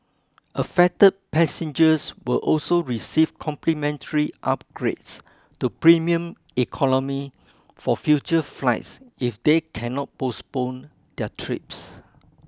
affected passengers will also receive complimentary upgrades to premium economy for future flights if they cannot postpone their trips